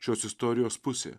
šios istorijos pusė